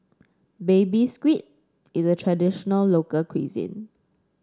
Baby Squid is a traditional local cuisine